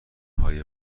های